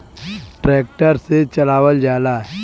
tractor से चलावल जाला